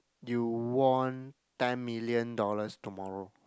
you won ten million dollars tomorrow